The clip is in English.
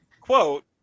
quote